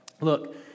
look